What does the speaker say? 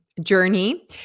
journey